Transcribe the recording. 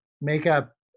makeup